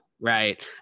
right